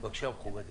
בבקשה מכובדי.